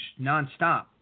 nonstop